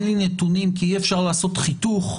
לי נתונים כי אי-אפשר לעשות חיתוך",